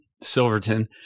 silverton